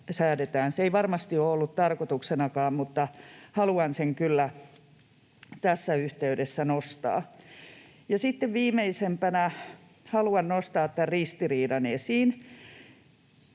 Se ei varmasti ole ollut tarkoituksenakaan, mutta haluan sen kyllä tässä yhteydessä nostaa. Ja sitten viimeisimpänä haluan nostaa esiin tämän ristiriidan,